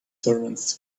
servants